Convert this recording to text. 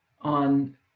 on